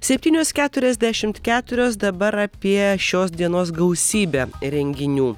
septynios keturiasdešimt keturios dabar apie šios dienos gausybę renginių